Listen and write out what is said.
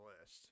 list